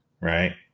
right